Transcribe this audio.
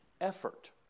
effort